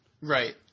Right